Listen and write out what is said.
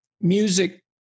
music